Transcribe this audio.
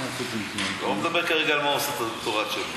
אני לא מדבר כרגע על מה הוא עשה את הדוקטורט שלו,